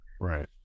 Right